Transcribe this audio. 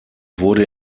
wurde